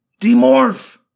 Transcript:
Demorph